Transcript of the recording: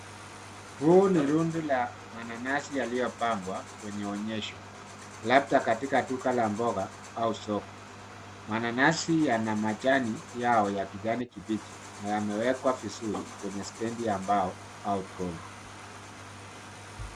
Huu ni rundo la mananasi yaliyopangwa kwenye onyesho labda katika duka la mboga au soko. Mananasi yana majani yao ya kijani kibichi na yamewekwa vizuri kwenye stedi ya mbao au troli.